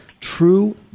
true